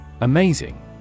amazing